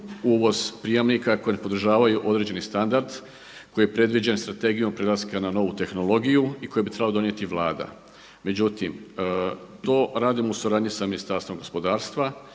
uvoz prijamnika koji ne podržavaju određeni standard koji je predviđen strategijom prelaska na novu tehnologiju i koji bi trebalo donijeti Vlada. Međutim, to radimo u suradnji sa Ministarstvo gospodarstva,